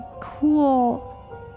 cool